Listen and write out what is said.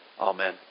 Amen